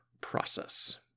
process